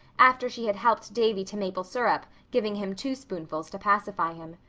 after she had helped davy to maple syrup, giving him two spoonfuls to pacify him.